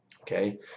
Okay